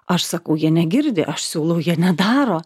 aš sakau jie negirdi aš siūlau jie nedaro